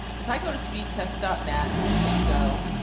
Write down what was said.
if i go to speed test dot net and hit go.